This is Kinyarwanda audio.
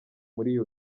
muri